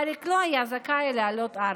אריק לא היה זכאי לעלות ארצה.